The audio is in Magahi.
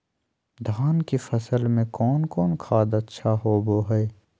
धान की फ़सल में कौन कौन खाद अच्छा होबो हाय?